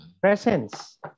presence